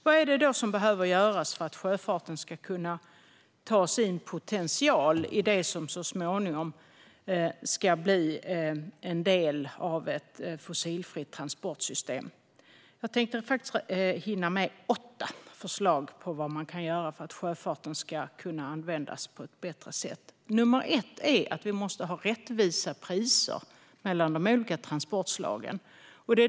Vad behöver då göras för att sjöfarten ska kunna använda sin potential i det som så småningom ska bli en del av ett fossilfritt transportsystem? Jag tänkte hinna med åtta förslag på vad man kan göra för att sjöfarten ska kunna användas på ett bättre sätt. Nummer ett är att vi måste ha rättvisa priser mellan de olika transportslagen.